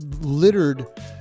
littered